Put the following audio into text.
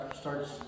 starts